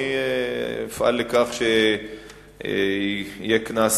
אני אפעל לכך שיהיה קנס,